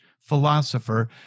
philosopher